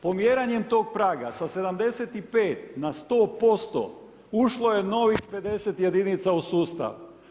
Pomjeranjem tog praga sa 75 na 100% ušlo je novih 50 jedinica u sustav.